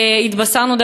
התבשרנו,